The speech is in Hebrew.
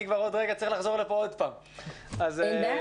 כבר בעוד רגע צריך לחזור לפה שוב אז תאמרי משפט לסיכום.